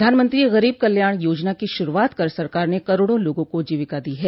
प्रधानमंत्री गरीब कल्याण योजना की शुरूआत कर सरकार ने करोड़ों लोगों को जीविका दी है